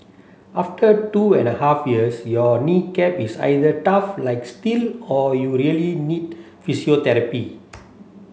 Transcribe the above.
after two and a half years your knee cap is either tough like steel or you really need physiotherapy